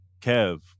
Kev